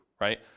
right